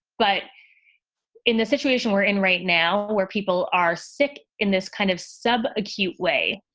but in the situation we're in right now where people are sick in this kind of sub acute way,